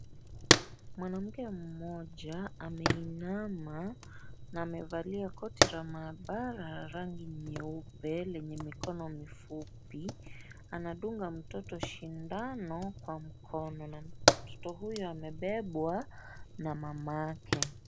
Mwanamke mmoja ameinama na ameivalia koti la maabara la rangi nyeupe lenye mikono mifupi anadunga mtoto sindano kwa mkono na mtoto huyu amebebwa na mamake.